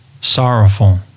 sorrowful